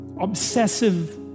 Obsessive